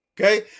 okay